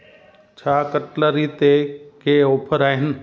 छा कटलरी ते के ऑफर आहिनि